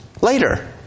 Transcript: later